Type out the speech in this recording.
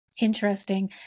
Interesting